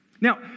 Now